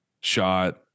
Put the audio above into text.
shot